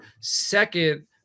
second